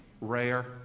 rare